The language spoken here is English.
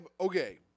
Okay